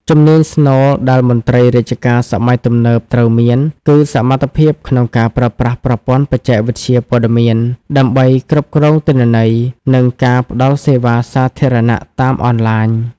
ជំនាញស្នូលដែលមន្ត្រីរាជការសម័យទំនើបត្រូវមាន គឺសមត្ថភាពក្នុងការប្រើប្រាស់ប្រព័ន្ធបច្ចេកវិទ្យាព័ត៌មាន ដើម្បីគ្រប់គ្រងទិន្នន័យ និងការផ្តល់សេវាសាធារណៈតាមអនឡាញ។